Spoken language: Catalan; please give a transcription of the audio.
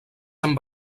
amb